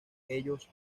ellos